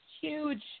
huge